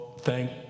thank